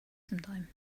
sometime